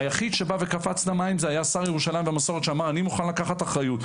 היחיד שקפץ למים היה שר ירושלים ומסורת שאמר: אני מוכן לקחת אחריות.